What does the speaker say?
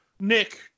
Nick